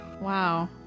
Wow